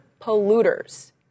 polluters